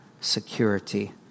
security